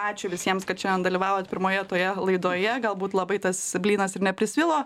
ačiū visiems kad šiandien dalyvavot pirmoje toje laidoje galbūt labai tas blynas ir neprisvilo